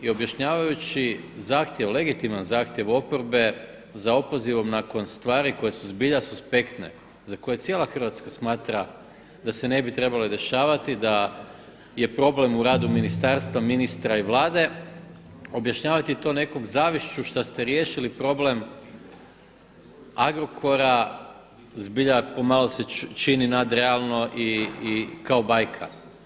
I objašnjavajući legitiman zahtjev oporbe za opozivom nakon stvari koje su zbilja suspektne, za koje cijela Hrvatska smatra da se ne bi trebale dešavati, da je problem u radu ministarstva, ministra i Vlade objašnjavati to nekom zavišću šta ste riješili problem Agrokora, zbilja se čini pomalo nadrealno i kao bajka.